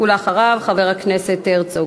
ואחריו, חבר הכנסת הרצוג.